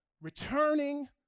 returning